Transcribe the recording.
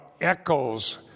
echoes